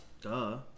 Duh